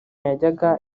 yajyaga